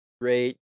Great